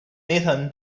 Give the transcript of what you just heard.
nathan